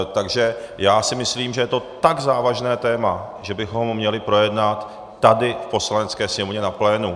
Takže já si myslím, že je to tak závažné téma, že bychom ho měli projednat tady v Poslanecké sněmovně na plénu.